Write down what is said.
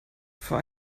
vor